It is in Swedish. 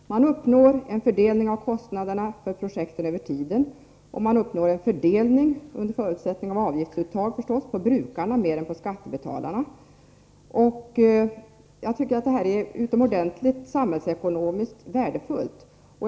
Man uppnår en fördelning av kostnaderna för projekten över tiden, och man uppnår en fördelning — under förutsättning av avgiftsuttag — på brukarna mer än på skattebetalarna. Detta är utomordentligt värdefullt för samhällsekonomin.